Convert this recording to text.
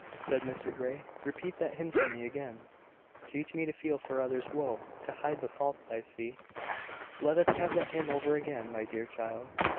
said mr grey, repeat that hymn to me again teach me to feel for others woe, to hide the faults i see let us have that hymn over again, my dear child.